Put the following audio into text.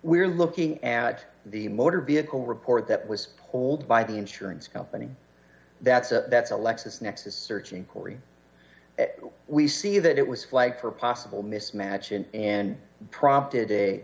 we're looking at the motor vehicle report that was told by the insurance company that's a that's a lexis nexis search inquiry we see that it was flagged for possible mismatch in and prompted a